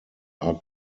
are